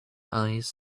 eyes